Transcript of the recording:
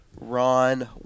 Ron